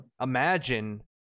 Imagine